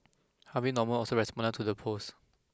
Harvey Norman also responded to the post